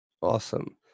Awesome